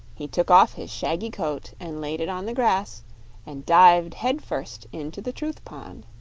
he took off his shaggy coat and laid it on the grass and dived head first into the truth pond.